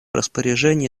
распоряжении